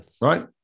right